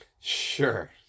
Sure